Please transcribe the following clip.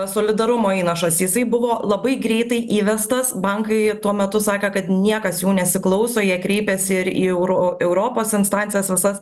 solidarumo įnašas jisai buvo labai greitai įvestas bankai tuo metu sakė kad niekas jų nesiklauso jie kreipėsi ir į euro europos instancijas visas